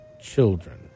children